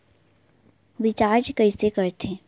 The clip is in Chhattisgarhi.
रिचार्ज कइसे कर थे?